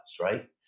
right